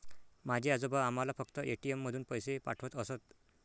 माझे आजोबा आम्हाला फक्त ए.टी.एम मधून पैसे पाठवत असत